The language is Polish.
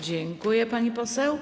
Dziękuję, pani poseł.